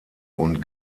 und